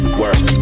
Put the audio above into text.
work